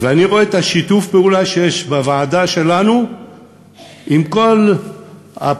אני רואה את שיתוף הפעולה שיש בוועדה שלנו עם כל הפלגים,